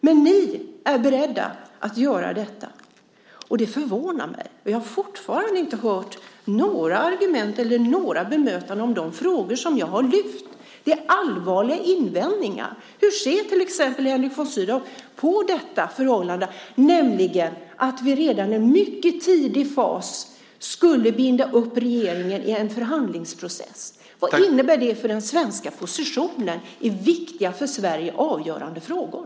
Men ni är beredda att göra detta. Det förvånar mig. Jag har ännu inte hört några argument eller uppfattat några bemötanden kring de frågor som jag har lyft fram. Det är allvarliga invändningar. Hur ser till exempel Henrik von Sydow på förhållandet att vi redan i en mycket tidig fas skulle binda upp regeringen i en förhandlingsprocess? Vad innebär det för den svenska positionen i viktiga och för Sverige avgörande frågor?